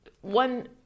one